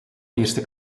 eerste